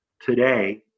today